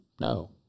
No